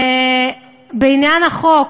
בעניין החוק,